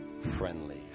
friendly